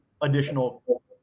additional